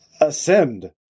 ascend